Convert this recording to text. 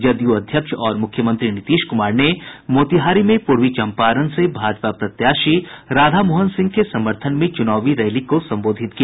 जदयू अध्यक्ष और मुख्यमंत्री नीतीश कुमार ने मोतिहारी में पूर्वी चंपारण से भाजपा प्रत्याशी राधामोहन सिंह के समर्थन में चुनावी रैली को संबोधित किया